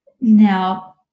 Now